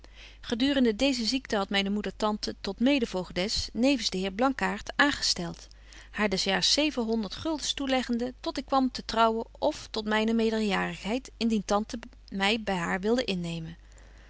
gedurende deeze ziekte hadt myne moeder tante tot medevoogdes nevens den heer blankaart aangestelt haar des jaars zevenhonderd guldens toeleggende tot ik kwam te trouwen of tot myne meerderjarigheid indien tante my by haar wilde innemen